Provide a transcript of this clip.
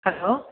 hello